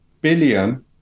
billion